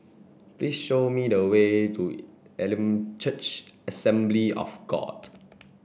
please show me the way to Elim Church Assembly of God